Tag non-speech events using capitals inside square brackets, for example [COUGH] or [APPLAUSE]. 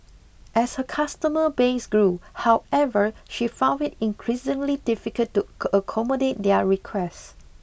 as her customer base grew however she found it increasingly difficult to [UNINTELLIGIBLE] accommodate their requests